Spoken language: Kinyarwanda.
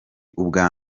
ubwa